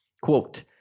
Quote